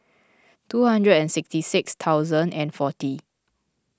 two hundred and sixty six thousand and forty